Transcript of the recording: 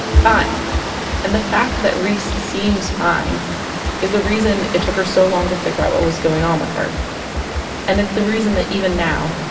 and the fact that reese seems fine is the reason it took her so long to figure out what was going on with her and it's the reason that even now,